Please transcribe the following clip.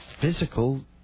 physical